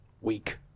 weak